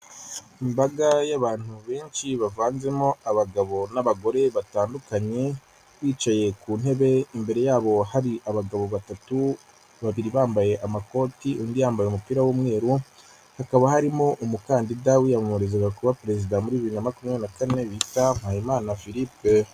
Imbaga y'abantu benshi bavanzemo abagabo n'abagore batandukanye, bicaye ku ntebe, imbere yabo hari abagabo batatu; babiri bambaye amakoti; undi yambaye umupira w'umweru, hakaba harimo umukandida wiyamamarizaga kuba perezida muri bibiri na makumyabiri na kane bita Mpayimana Philippe.